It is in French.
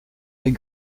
est